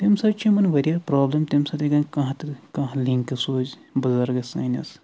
امہِ سۭتۍ چھُ یِمن واریاہ پرابلِم تمہِ سۭتۍ ہیکن کانٛہہ تہِ کانٛہہ لِنک سوٗزتھ بزرگس سٲنِس